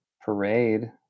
parade